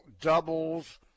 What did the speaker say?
doubles